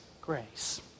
grace